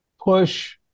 push